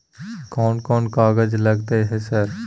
कोन कौन कागज लगतै है सर?